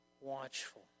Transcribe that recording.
watchful